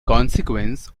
consequence